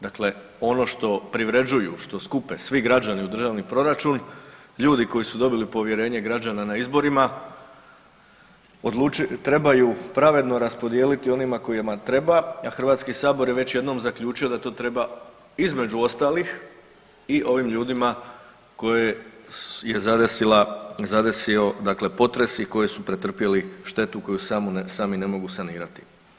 Dakle, ono što privređuju, što skupe svi građani u državni proračun, ljudi koji su dobili povjerenje građana na izborima trebaju pravedno raspodijeliti onima kojima treba, a HS je već jednom zaključio da to treba između ostalih i ovim ljudima koje je zadesila, zadesio dakle potres i koji su pretrpjeli štetu koju sami ne mogu sanirati.